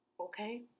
Okay